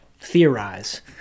Theorize